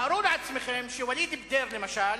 תארו לעצמכם שוואליד באדיר למשל,